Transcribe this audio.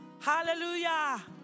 Hallelujah